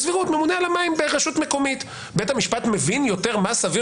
ממונה על המים ברשות מקומית בית המשפט מבין יותר מה סביר